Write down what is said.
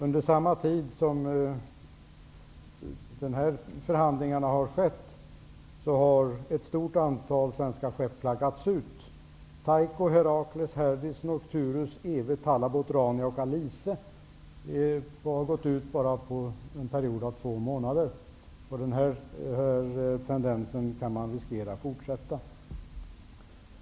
Under den tid som dessa förhandlingar har ägt rum har ett stort antal svenska skepp flaggats ut. Taiko, Herakles, Herdis, Nokturus, Eve, Talabot, Rania och Alice har flaggats ut under en period av bara två månader. Denna tendens riskerar att fortsätta.